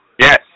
Yes